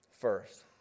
first